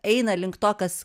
eina link to kas